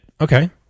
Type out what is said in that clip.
Okay